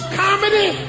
comedy